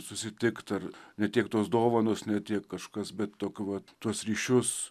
susitikt ar ne tiek tos dovanos ne tiek kažkas bet tokio va tuos ryšius